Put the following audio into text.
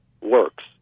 works